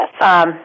Yes